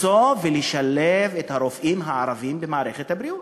למצוא ולשלב את הרופאים הערבים במערכת הבריאות.